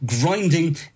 grinding